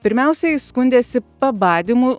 pirmiausiai jis skundėsi pabadymu